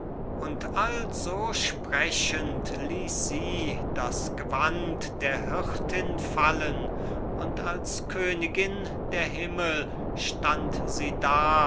und also sprechend ließ sie das gewand der hirtin fallen und als königin der himmel stand sie da